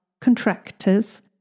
contractors